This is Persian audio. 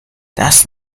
دست